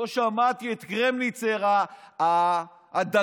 לא שמעתי את קרמניצר הדגול,